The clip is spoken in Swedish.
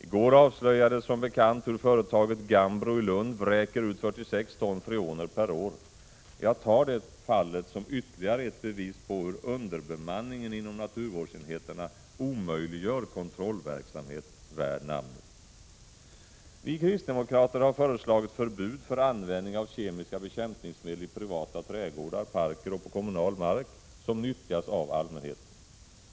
I går avslöjades som bekant hur företaget Gambro i Lund vräker ut 46 ton freoner per år. Jag tar det fallet som ytterligare ett bevis på hur underbemanningen inom naturvårdsenheten omöjliggör en kontrollverksamhet värd namnet. Vi kristdemokrater har föreslagit förbud mot användning av kemiska bekämpningsmedel i privata trädgårdar, parker och på kommunal mark som nyttjas av allmänheten.